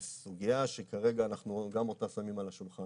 זה סוגיה שכרגע אנחנו גם אותה שמים על השולחן.